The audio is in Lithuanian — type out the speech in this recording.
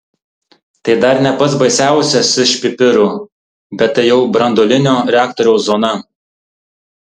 tai dar ne pats baisiausias iš pipirų bet tai jau branduolinio reaktoriaus zona